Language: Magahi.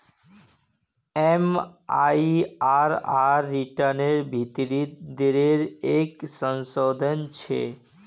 एम.आई.आर.आर रिटर्नेर भीतरी दरेर एक संशोधन छे